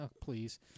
please